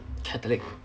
catholic